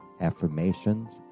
affirmations